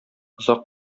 озак